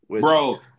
bro